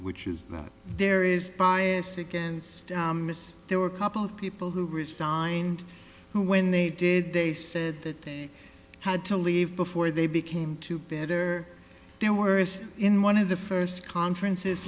which is that there is bias against mr there were a couple of people who resigned who when they did they said that they had to leave before they became to better their worst in one of the first conferences